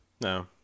No